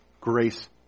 grace